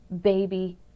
baby